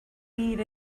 need